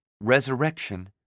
resurrection